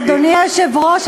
אדוני היושב-ראש,